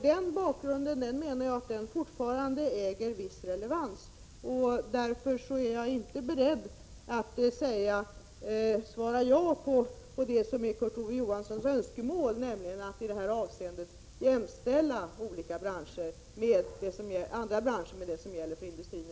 Den bakgrunden har fortfarande viss relevans, och därför är jag inte beredd att gå med på Kurt Ove Johanssons önskemål att andra branscher skall jämställas med industrin i detta avseende.